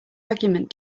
argument